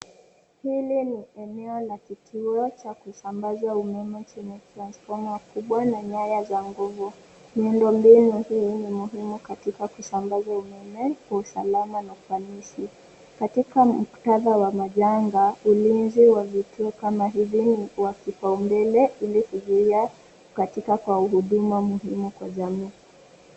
Hili ni eneo la kituo cha kusambaza umeme chenye transfoma kubwa na nyaya za nguvu. Miundombinu huu ni muhimu katika kusambaza umeme kwa usalama na kwa ufanisi. Katika muktadha wa majanga, ulinzi wa vituo kama hivi ni wa kipau mbele ili kuzuia katika huduma muhimu kwa jamii.